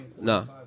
No